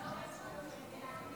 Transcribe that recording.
ההצעה להעביר